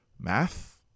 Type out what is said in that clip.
math